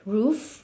roof